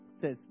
says